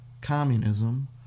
communism